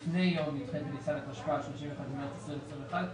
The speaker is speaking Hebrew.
לפני יום י"ח בניסן התשפ"א (31 במארס 2021),